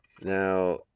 Now